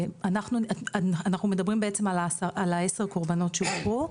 אנחנו מדברים בעצם על העשר קורבנות שהוכרו,